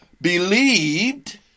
believed